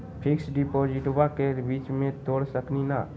Fix डिपोजिटबा के बीच में तोड़ सकी ना?